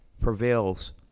prevails